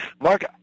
Mark